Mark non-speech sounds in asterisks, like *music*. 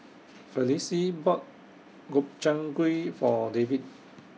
*noise* Felicie bought Gobchang Gui For David